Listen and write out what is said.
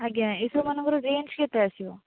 ଆଜ୍ଞା ଏଇ ସବୁ ମାନଙ୍କର ରେଞ୍ଜ୍ କେତେ ଆସିବ